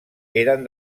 eren